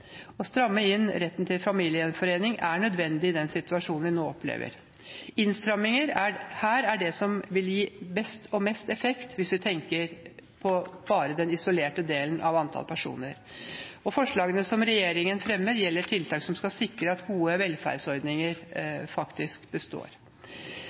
Å stramme inn retten til familiegjenforening er nødvendig i den situasjonen vi nå opplever. lnnstramninger her er det som vil gi best og mest effekt hvis vi tenker på antall personer isolert. Forslagene som regjeringen fremmer, gjelder tiltak som skal sikre at gode velferdsordninger